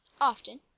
often